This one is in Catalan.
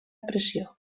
pressió